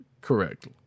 Correct